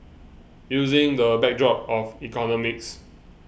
using the backdrop of economics